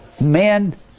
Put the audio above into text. men